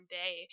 day